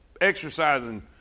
exercising